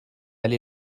allé